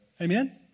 Amen